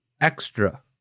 extra